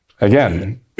again